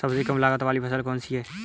सबसे कम लागत वाली फसल कौन सी है?